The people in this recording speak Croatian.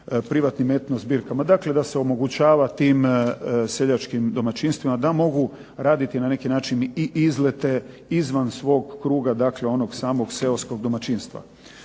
privatnim etnozbirkama, dakle da se omogućava tim seljačkim domaćinstvima da mogu raditi na neki način i izlete izvan svog kruga, dakle onog samog seoskog domaćinstva.